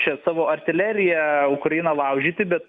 čia savo artilerija ukraina laužyti bet